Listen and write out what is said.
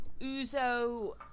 Uzo